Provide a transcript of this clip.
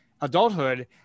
adulthood